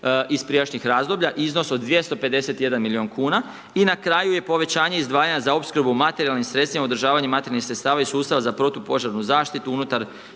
iz prijašnjih razdoblja iznos od 251 milion kuna i na kraju je povećanje izdvajanja za opskrbu materijalnim sredstvima, održavanje materijalnih sredstava i sustava za protupožarnu zaštitu unutar